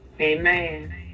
Amen